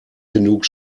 genug